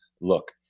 look